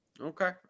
Okay